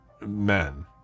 men